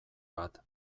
bat